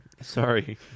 Sorry